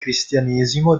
cristianesimo